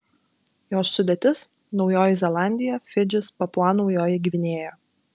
jos sudėtis naujoji zelandija fidžis papua naujoji gvinėja